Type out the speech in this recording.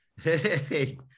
Hey